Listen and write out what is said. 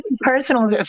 personal